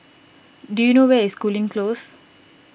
do you know where is Cooling Close